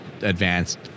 advanced